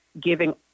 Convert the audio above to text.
giving